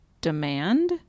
demand